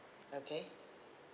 okay